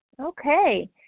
Okay